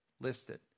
listed